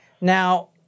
Now